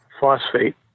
phosphate